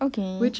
okay